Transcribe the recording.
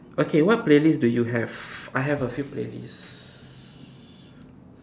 okay what playlist do you have I have a few playlist